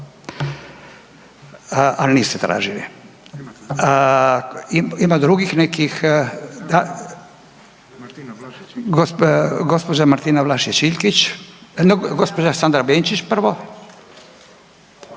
al niste tražili. Ima drugih nekih, gospođa Martina Vlašić Iljkić, no gospođa Sandra Benčić prvo.